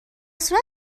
صورت